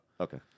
Okay